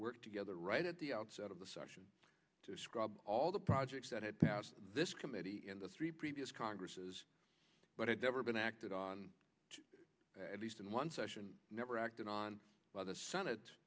worked together right at the outset of the session to scrub all the projects that had passed this committee in the three previous congresses but i've never been acted on at least in one session never acted on by the senate